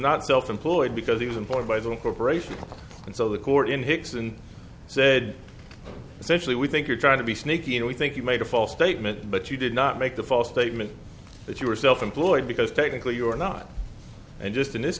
not self employed because he was employed by the corporation and so the court in hixson said essentially we think you're trying to be sneaky and we think you made a false statement but you did not make the false statement that you were self employed because technically you are not and just in this